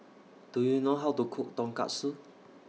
Do YOU know How to Cook Tonkatsu